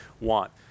want